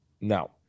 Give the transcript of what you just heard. No